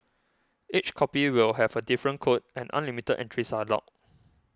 each copy will have a different code and unlimited entries are allowed